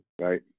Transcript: Right